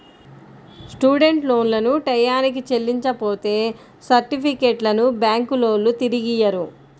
student లోన్లను టైయ్యానికి చెల్లించపోతే సర్టిఫికెట్లను బ్యాంకులోల్లు తిరిగియ్యరు